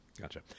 Gotcha